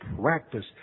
practice